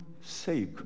sake